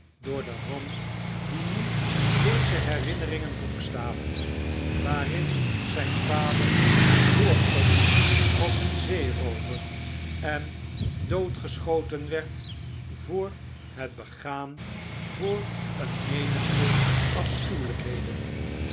door de hand die nu deze her inneringen boekstaaft waarin zijn vader voorkomt als een zeeroover en doodgeschoten werd voor het begaan voor een